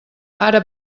ara